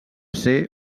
ser